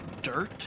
dirt